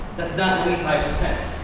that's not ninety five.